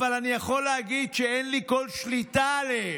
אבל אני יכול להגיד שאין לי כל שליטה עליהם.